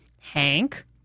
Hank